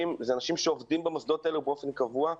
אלה אנשים שעובדים במוסדות האלה באופן קבוע,